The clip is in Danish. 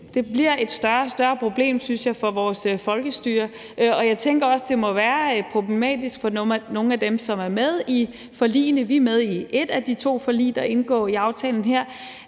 det bliver et større og større problem, synes jeg, for vores folkestyre. Jeg tænker også, at det må være problematisk for nogle af dem, som er med i forligene – vi er med i et af de to forlig, der indgår i aftalen her